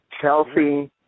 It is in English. Chelsea